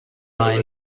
mind